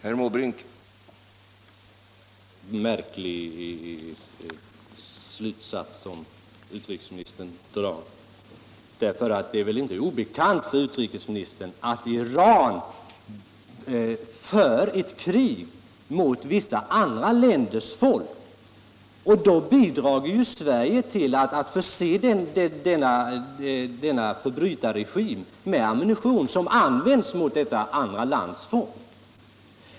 Herr talman! Det var ett märkligt uttalande av utrikesministern. Det är väl inte obekant för utrikesministern att Iran för krig mot vissa andra folk och länder. Sverige skulle alltså bidra till att förse en förbrytarregim med ammunition som används mot andra länders folk.